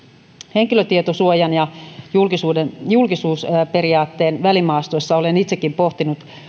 henkilötietosuojan ja julkisuusperiaatteen välimaastossa olen itsekin pohtinut